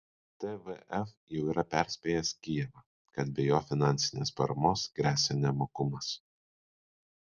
tvf jau yra perspėjęs kijevą kad be jo finansinės paramos gresia nemokumas